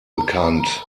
bekannt